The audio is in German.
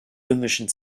römischen